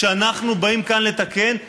שאנחנו באים כאן לתקן.